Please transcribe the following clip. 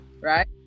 Right